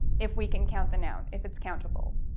if we can count the noun if it's countable